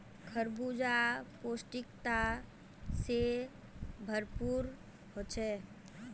खरबूजा पौष्टिकता से भरपूर होछे